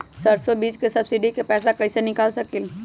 सरसों बीज के सब्सिडी के पैसा कईसे निकाल सकीले?